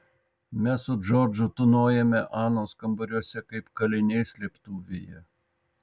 mes su džordžu tūnojome anos kambariuose kaip kaliniai slėptuvėje